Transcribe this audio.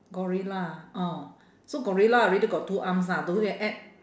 gorilla ah oh so gorilla already got two arms lah the way you add